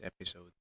episode